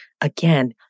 Again